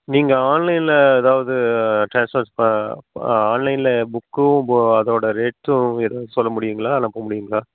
நீங்கள் ஆன்லைனில் எதாவது ட்ரான்ஸ்ஃபர்ஸ் ப ஆன்லைனில் புக்கும் பு அதோட ரேட்டும் எதுவும் சொல்ல முடியுங்களா இல்லை அனுப்ப முடியுங்களா